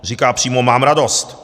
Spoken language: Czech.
Říká přímo: mám radost.